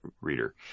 reader